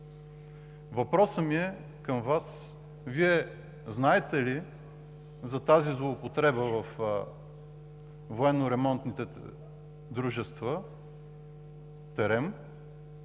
Въпросът ми към Вас е: Вие знаете ли за тази злоупотреба във военно-ремонтните дружества ТЕРЕМ